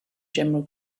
general